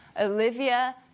olivia